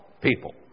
people